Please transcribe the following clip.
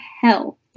hell